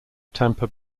tampa